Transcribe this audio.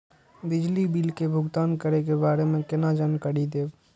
बिजली बिल के भुगतान करै के बारे में केना जानकारी देब?